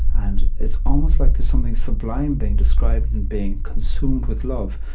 and it's almost like there's something sublime being described in being consumed with love.